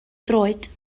droed